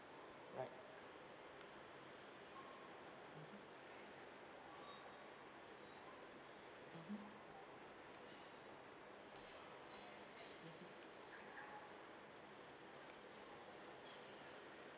right mmhmm